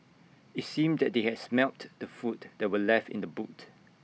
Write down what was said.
IT seemed that they had smelt the food that were left in the boot